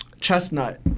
chestnut